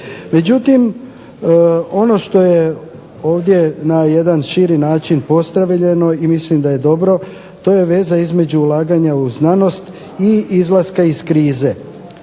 Međutim, ono što je ovdje na jedan širi način postavljeno i mislim da je dobro to je veza između ulaganja u znanost i izlaska iz krize.